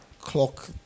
clock